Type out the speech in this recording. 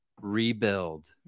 rebuild